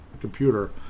computer